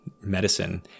medicine